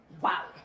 wow